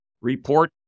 report